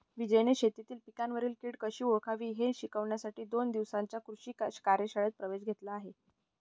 विजयने शेतीतील पिकांवरील कीड कशी ओळखावी हे शिकण्यासाठी दोन दिवसांच्या कृषी कार्यशाळेत प्रवेश घेतला